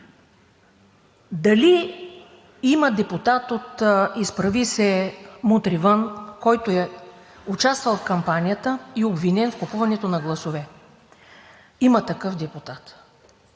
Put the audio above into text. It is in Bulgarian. Дали има депутат от „Изправи се! Мутри вън!“, който е участвал в кампанията и обвинен в купуването на гласове? Има такъв депутат